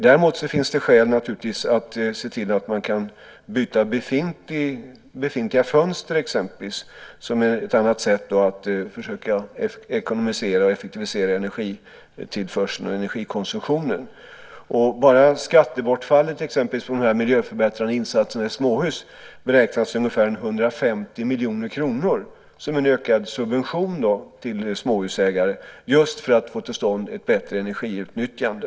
Däremot finns det naturligtvis skäl att se till att man exempelvis kan byta befintliga fönster, som är ett annat sätt att försöka ekonomisera och effektivisera energitillförseln och energikonsumtionen. Bara skattebortfallet för de miljöförbättrande insatserna i småhus beräknas till ungefär 150 miljoner kronor som en ökad subvention till småhusägare, just för att få till stånd ett bättre energiutnyttjande.